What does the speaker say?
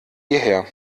hierher